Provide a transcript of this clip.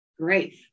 Great